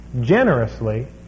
generously